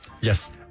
Yes